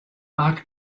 art